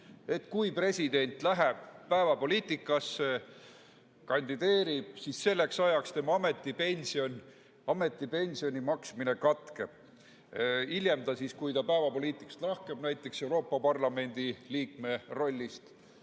Kui president läheb päevapoliitikasse, kandideerib, siis selleks ajaks tema ametipensioni maksmine katkeb. Hiljem, kui ta päevapoliitikast lahkub, näiteks Euroopa Parlamendi liikme rollist